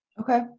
Okay